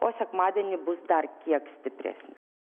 o sekmadienį bus dar kiek stipresni